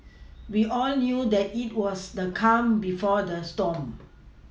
we all knew that it was the calm before the storm